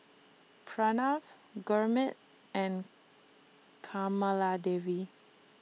Pranav Gurmeet and Kamaladevi